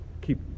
keep